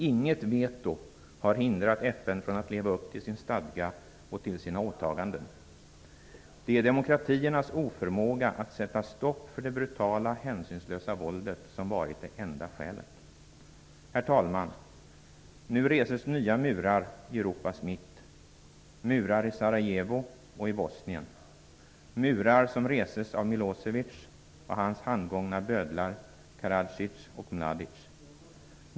Inget veto har hindrat FN från att leva upp till sin stadga och till sina åtaganden. Det är demokratiernas oförmåga att sätta stopp för det brutala, hänsynslösa våldet som varit enda skälet. Herr talman! Nu reses nya murar i Europas mitt -- Milosevic och hans handgångna bödlar Karadzic och Mladic.